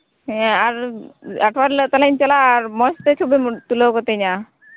ᱦᱮᱸ ᱟᱨ ᱟᱯᱷᱚᱨ ᱦᱤᱞᱳᱹᱜ ᱛᱟᱦᱚᱞᱤᱧ ᱪᱟᱞᱟᱜᱼᱟ ᱟᱨ ᱢᱚᱡᱛᱮ ᱪᱷᱚᱵᱤᱢ ᱛᱩᱞᱟᱹᱣ ᱠᱟᱹᱛᱤᱧᱟ